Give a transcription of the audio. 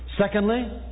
Secondly